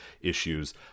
issues